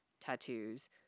tattoos